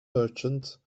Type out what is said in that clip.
merchant